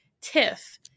Tiff